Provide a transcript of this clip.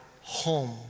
home